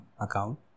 account